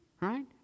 right